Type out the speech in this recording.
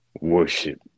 worship